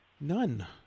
None